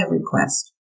request